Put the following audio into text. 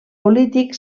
polític